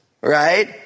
right